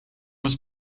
was